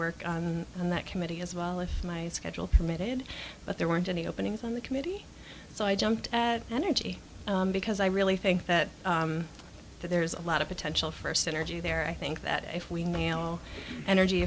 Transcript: work on that committee as well if my schedule permitted but there weren't any openings on the committee so i jumped at energy because i really think that there's a lot of potential for synergy there i think that if we mail energy